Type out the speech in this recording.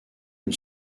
une